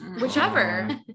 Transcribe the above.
whichever